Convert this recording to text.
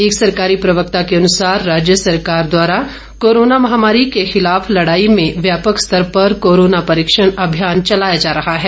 एक सरकारी प्रवक्ता के अनुसार राज्य सरकार द्वारा कोरोना महामारी के खिलाफ लड़ाई में व्यापक स्तर पर कोरोना परीक्षण अभियान चलाया जा रहा है